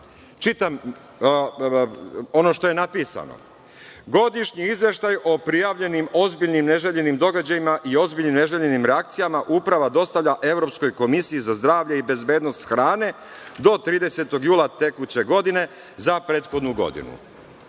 Čitam ono što je napisano – godišnji izveštaj o prijavljenim ozbiljnim neželjenim događajima i ozbiljnim neželjenim reakcijama Uprava dostavlja Evropskoj komisiji za zdravlje i bezbednost hrane do 30. jula tekuće godine za prethodnu godinu. Mi